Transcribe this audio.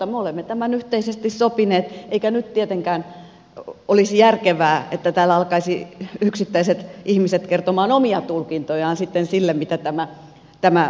me olemme tämän yhteisesti sopineet eikä nyt tietenkään olisi järkevää että täällä alkaisivat yksittäiset ihmiset kertoa omia tulkintojaan siitä mitä tämä asia tarkoittaa